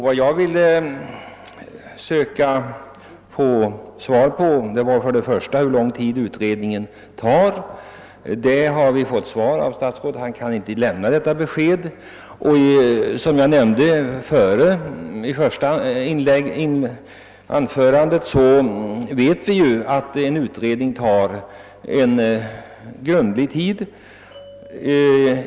Vad jag i första hand ville söka få svar på var hur lång tid utredningen kommer att ta. Något sådant besked förklarar sig statsrådet emellertid inte kunna lämna — men som jag sade i mitt första anförande vet vi att utredningar brukar ta lång tid på sig.